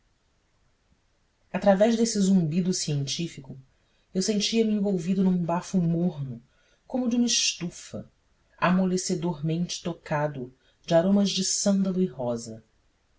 através deste zumbido científico eu sentia-me envolvido num bafo morno como o de uma estufa amolecedoramente tocado de aromas de sândalo e rosa